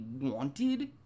wanted